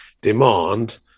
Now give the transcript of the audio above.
demand